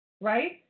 Right